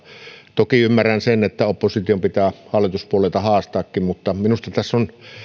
toki ymmärrän sen että opposition pitää hallituspuolueita haastaakin mutta minusta tässä on